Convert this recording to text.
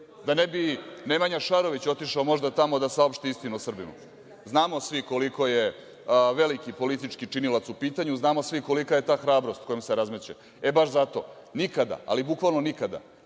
Da ne bi Nemanja Šarović otišao možda tamo da saopšti istinu o Srbima? Znamo svi koliko je veliki politički činilac u pitanju, znamo svi kolika je ta hrabrost kojom se razmeće. E baš zato, nikada, ali bukvalno nikada,